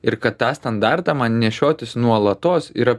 ir kad tą standartą man nešiotis nuolatos yra